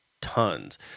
tons